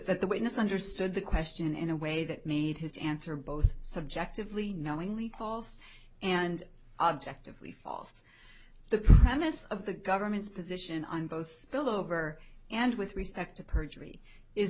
the witness understood the question in a way that made his answer both subjectively knowingly false and objectively false the premise of the government's position on both spillover and with respect to perjury is